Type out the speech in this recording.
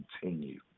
continue